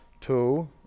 two